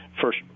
first